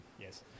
Yes